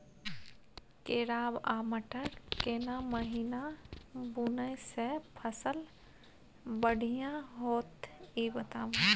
केराव आ मटर केना महिना बुनय से फसल बढ़िया होत ई बताबू?